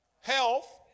health